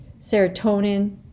serotonin